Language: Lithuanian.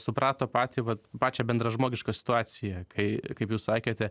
suprato patį vat pačią bendražmogišką situaciją kai kaip jūs sakėte